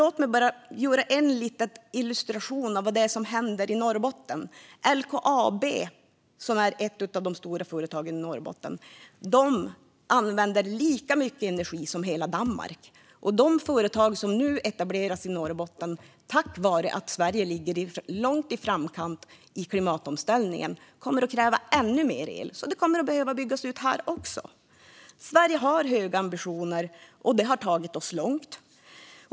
Låt mig bara göra en liten illustration av vad det är som händer i Norrbotten. LKAB, som är ett av de stora företagen i Norrbotten, använder lika mycket energi som hela Danmark. Och de företag som nu etableras i Norrbotten, tack vare att Sverige ligger i framkant i klimatomställningen, kommer att kräva ännu mer el. Det kommer alltså att byggas ut här också. Sverige har höga ambitioner. Det har tagit oss långt.